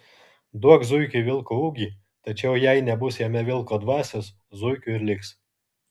duok zuikiui vilko ūgį tačiau jai nebus jame vilko dvasios zuikiu ir liks